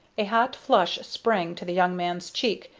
a hot flush sprang to the young man's cheek,